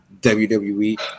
wwe